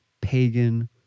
pagan